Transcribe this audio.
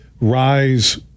rise